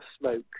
smoke